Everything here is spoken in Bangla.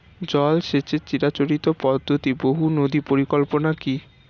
জল সেচের চিরাচরিত পদ্ধতি বহু নদী পরিকল্পনা কি?